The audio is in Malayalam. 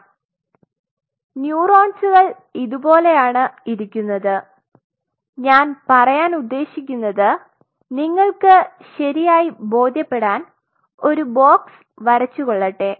അതിനാൽ ന്യൂറോൻസുകൾ ഇതുപോലെയാണ് ഇരിക്കുന്നത് ഞാൻ പറയാൻ ഉദ്ദേശിക്കുന്നത് നിങ്ങൾക് ശെരിയായി ബോധ്യപ്പെടാൻ ഒരു ബോക്സ് വരച്ചുകൊള്ളട്ടെ